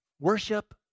Worship